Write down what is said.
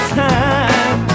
time